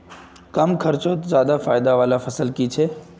कम खर्चोत ज्यादा फायदा वाला फसल की छे?